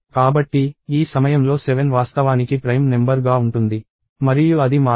కాబట్టి ఈ సమయంలో 7 వాస్తవానికి ప్రైమ్ నెంబర్ గా ఉంటుంది మరియు అది మారదు